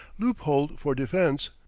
loop-holed for defense,